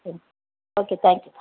சரி okay thank யூபா